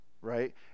right